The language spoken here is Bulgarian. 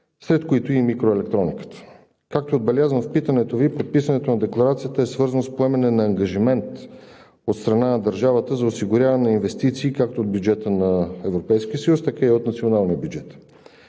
сред които и микроелектрониката. Както е отбелязано в питането Ви, подписването на декларацията е свързано с поемане на ангажимент от страна на държавата за осигуряване на инвестиции както от бюджета на Европейския съюз, така и от националния бюджет.